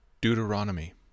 Deuteronomy